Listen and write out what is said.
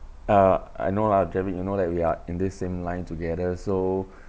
uh I know lah driving you know like we are in the same line together so